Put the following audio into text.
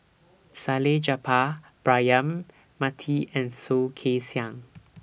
Salleh Japar Braema Mathi and Soh Kay Siang